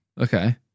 Okay